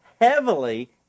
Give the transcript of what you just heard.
heavily